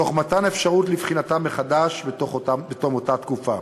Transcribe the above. תוך מתן אפשרות לבחינתם מחדש בתום אותה תקופה.